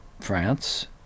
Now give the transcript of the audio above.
France